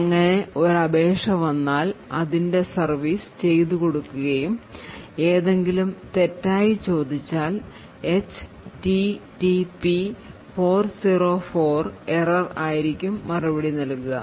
അങ്ങനെ ഒരു അപേക്ഷ വന്നാൽ അതിൻറെ സർവീസ് ചെയ്തു കൊടുക്കുകയും എന്തെങ്കിലും തെറ്റായി ചോദിച്ചാൽ HTTP 404 error ആയിരിക്കും മറുപടി നൽകുക